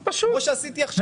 כמו שעשיתי עכשיו.